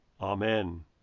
Amen